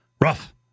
Rough